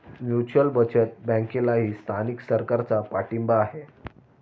mutual बचत बँकेलाही स्थानिक सरकारचा पाठिंबा आहे